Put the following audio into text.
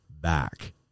back